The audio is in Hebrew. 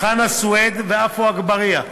חנא סוייד ועפו אגבאריה.